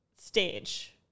stage